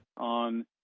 on